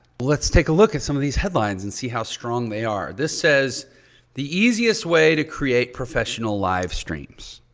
let's take a look at some of these headlines and see how strong they are. this says the easiest way to create professional live streams.